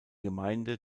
gemeinde